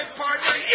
partner